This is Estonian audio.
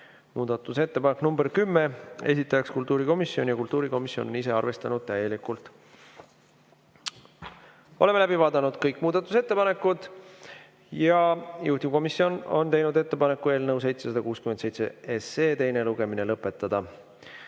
Muudatusettepanek nr 10, esitaja kultuurikomisjon, kultuurikomisjon on ise arvestanud täielikult. Oleme läbi vaadanud kõik muudatusettepanekud. Juhtivkomisjon on teinud ettepaneku eelnõu 767 teine lugemine lõpetada.